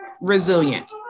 resilient